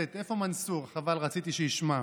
המתנחלים יוצאים, הבתים יישארו.